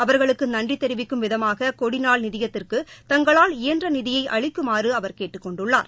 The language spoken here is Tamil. அவர்களுக்கு நன்றி தெிவிக்கும் விதமாக கொடிநாள் நிதியத்திற்கு தங்களால் இயன்ற நிதியை அளிக்குமாறு அவர் கேட்டுக் கொண்டுள்ளார்